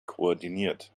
koordiniert